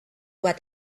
bat